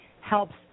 helps